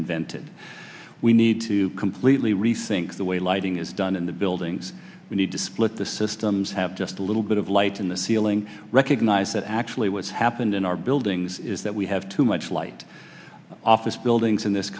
invented we need to completely rethink the way lighting is done in the buildings we need to split the systems have just a little bit of light in the ceiling recognize that actually what's happened in our buildings is that we have too much light office buildings in this